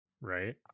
right